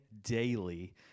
daily